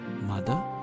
Mother